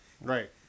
Right